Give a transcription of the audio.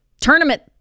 tournament